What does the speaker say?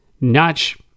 notch